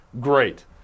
Great